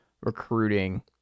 recruiting